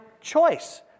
choice